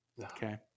Okay